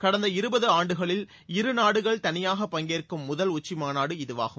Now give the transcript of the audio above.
கடந்த இருபது ஆண்டுகளில் இரு நாடுகள் தனியாகப் பங்கேற்கும் முதல் உச்சி மாநாடு இதுவாகும்